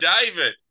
David